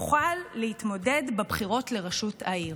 יוכל להתמודד בבחירות לראשות העיר.